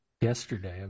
yesterday